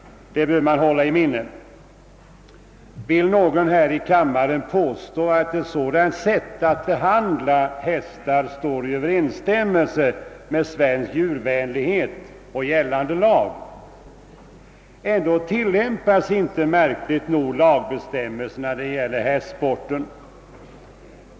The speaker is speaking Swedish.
Det bör man hålla i minnet. Vill någon här i kammaten påstå att ett sådant sätt att behandla hästar står i överensstämmelse med svensk djurvänlighet och gällande lag? Ändå tillämpas inte — märkligt nog — lagbestämmelserna när det gäller hästsporten.